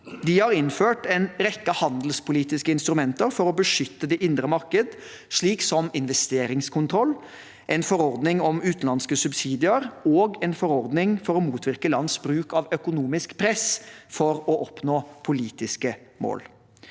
De har innført en rekke handelspolitiske instrumenter for å beskytte det indre marked, slik som investeringskontroll, en forordning om utenlandske subsidier og en forordning for å motvirke lands bruk av økonomisk press for å oppnå politiske mål.